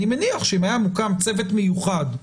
אני מניח שאם היה מוקם צוות מיוחד,